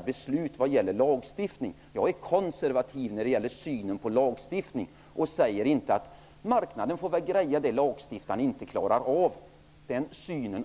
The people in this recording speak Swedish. beslut i lagstiftningsärenden. Jag är konservativ i synen på lagstiftning och menar inte att marknaden får klara det som lagstiftaren inte klarar.